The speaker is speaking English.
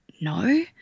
no